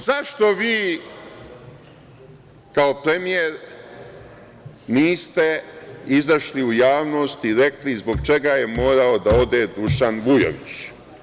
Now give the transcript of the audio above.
Zašto vi kao premijer niste izašli u javnost i rekli zbog čega je morao da ode Dušan Vujović?